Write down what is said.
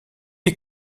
est